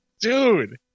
Dude